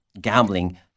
gambling